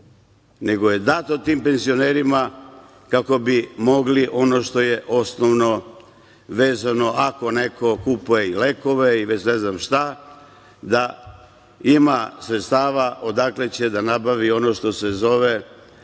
nego je dato tim penzionerima kako bi mogli ono što je osnovno vezano. Ako neko kupuje lekove ili ne znam šta, da ima sredstava odakle će da nabavi ono što se zove